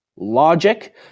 logic